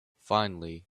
finally